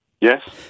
Yes